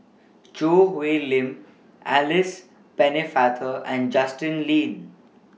Choo Hwee Lim Alice Pennefather and Justin Lean